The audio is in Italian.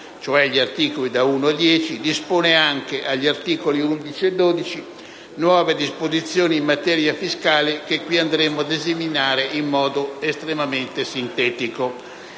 cioè gli articoli da 1 a 10, dispone anche (agli articoli 11 e 12) nuove disposizioni in materia fiscale che andremo ad esaminare in modo estremamente sintetico.